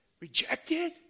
rejected